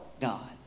God